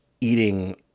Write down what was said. eating